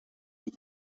and